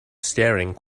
staring